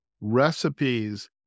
recipes